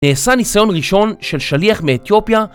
נעשה ניסיון ראשון של שליח מאתיופיה